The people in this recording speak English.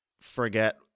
forget